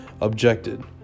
objected